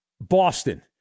Boston